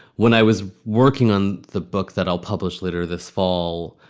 when i was working on the book that i'll publish later this fall.